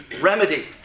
remedy